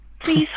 Please